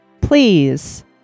please